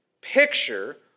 picture